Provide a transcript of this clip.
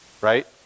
right